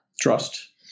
Trust